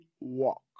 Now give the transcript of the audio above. walk